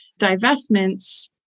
divestments